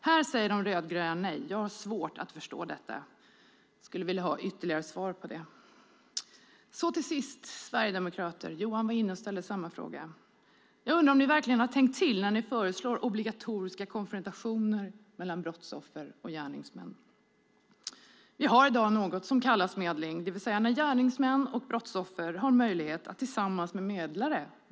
Här säger de rödgröna nej, och jag har så svårt att förstå det. Jag skulle vilja ha ytterligare svar. Jag riktar samma fråga till Sverigedemokraterna som Johan gjorde. Har ni verkligen tänkt till när ni föreslår obligatoriska konfrontationer mellan brottsoffer och gärningsmän? Vi har i dag något som kallas medling, det vill säga att gärningsmän och brottsoffer har möjlighet att mötas tillsammans med medlare.